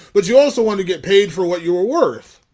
but you also want to get paid for what you were worth.